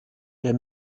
der